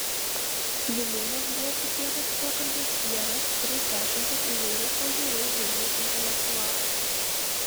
viliūnas buvo sukvietęs pokalbiui geras tris dešimtis įvairių pažiūrų vilniaus intelektualų